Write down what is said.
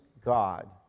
God